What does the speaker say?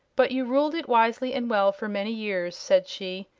but you ruled it wisely and well for many years, said she,